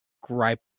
gripe